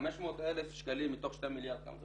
500,000 שקלים מתוך 2 מיליארד כמה זה